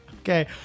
Okay